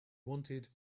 wanted